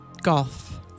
Golf